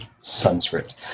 Sanskrit